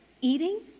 eating